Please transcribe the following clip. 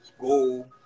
go